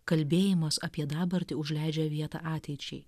kalbėjimas apie dabartį užleidžia vietą ateičiai